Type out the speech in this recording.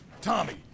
Tommy